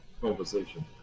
conversation